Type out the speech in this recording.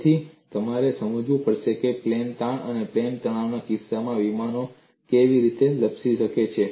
તેથી તમારે સમજવું પડશે કે પ્લેન તાણ અને પ્લેન તણાવના કિસ્સામાં વિમાનો કેવી રીતે લપસી શકે છે